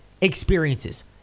experiences